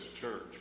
church